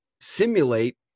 simulate